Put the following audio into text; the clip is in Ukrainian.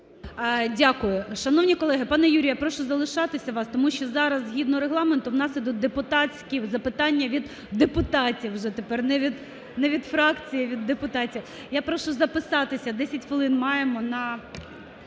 Дякую. Шановні колеги! Пане Юрію, я прошу залишатися вас, тому що зараз, згідно Регламенту, в нас ідуть депутатські запитання від депутатів вже тепер, не від фракцій, а від депутатів. Я прошу записатися, десять хвилин маємо на